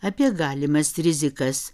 apie galimas rizikas